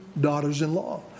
daughters-in-law